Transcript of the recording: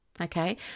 okay